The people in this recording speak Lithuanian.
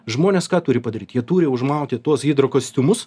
žmonės ką turi padaryt jie turi užmauti tuos hidrokostiumus